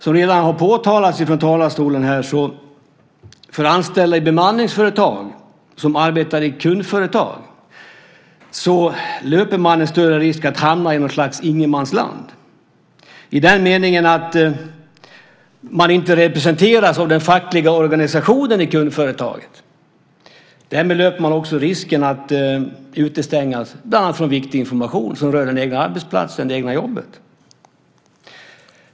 Som redan har påtalats här från talarstolen löper anställda i bemanningsföretag som arbetar i kundföretag en större risk att hamna i ett slags ingenmansland i den meningen att man inte representeras av den fackliga organisationen i kundföretaget. Därmed löper man också risken att utestängas bland annat från viktig information som rör den egna arbetsplatsen och det egna jobbet.